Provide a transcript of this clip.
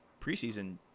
preseason